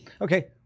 okay